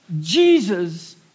Jesus